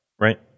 right